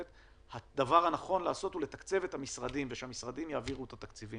הדבר הנכון הוא לתקצב את המשרדים ושהמשרדים יעבירו את התקציבים.